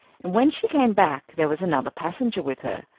and when she came back there was another passenger with her,